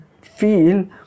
feel